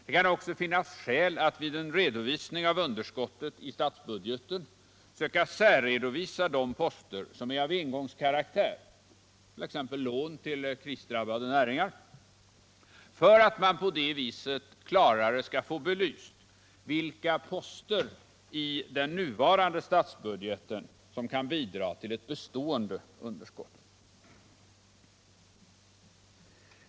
Det kan också finnas skäl att vid en redovisning av underskottet i statsbudgeten söka särredovisa de poster som är av engångskaraktär, t.ex. vissa lån till krisdrabbade näringar, för att på det viset klarare få belyst vilka poster i den nuvarande statsbudgeten, som kan bidra till ett bestående underskott.